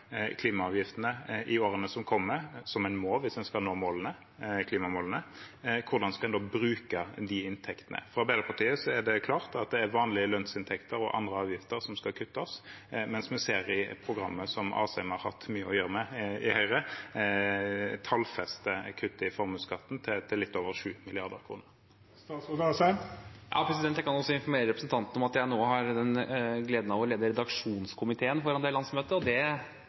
klimaavgiftene i årene som kommer, som en må hvis en skal nå klimamålene. For Arbeiderpartiet er det klart at det er vanlige lønnsinntekter og andre avgifter som skal kuttes, mens vi ser at i programmet til Høyre, som Asheim har hatt mye å gjøre med, tallfestes et kutt i formuesskatten til litt over 7 mrd. kr. Jeg kan informere representanten om at jeg nå har gleden av å lede redaksjonskomiteen foran det landsmøtet. Det er en jobb, det også. Men for